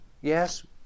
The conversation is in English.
yes